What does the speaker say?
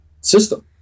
system